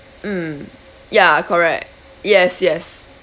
mm ya correct yes yes